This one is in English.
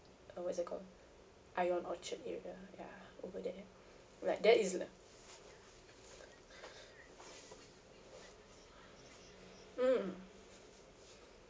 uh what is that called ion orchard area ya all that like there is th~ mm